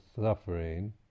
suffering